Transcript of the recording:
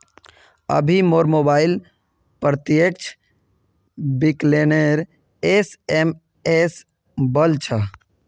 अभी मोर मोबाइलत प्रत्यक्ष विकलनेर एस.एम.एस वल छ